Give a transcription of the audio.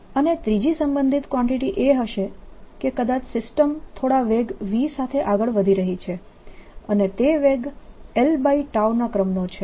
અને ત્રીજી સંબંધિત કવાંટીટી એ હશે કે કદાચ સિસ્ટમ થોડા વેગ v સાથે આગળ વધી રહી છે અને તે વેગ l ના ક્રમનો છે